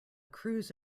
cruise